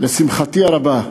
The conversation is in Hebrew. לשמחתי הרבה,